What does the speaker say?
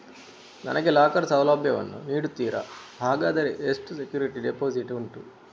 ನನಗೆ ಲಾಕರ್ ಸೌಲಭ್ಯ ವನ್ನು ನೀಡುತ್ತೀರಾ, ಹಾಗಾದರೆ ಎಷ್ಟು ಸೆಕ್ಯೂರಿಟಿ ಡೆಪೋಸಿಟ್ ಉಂಟು?